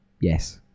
Yes